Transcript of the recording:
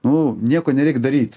nu nieko nereik daryt